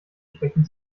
schwächen